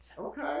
Okay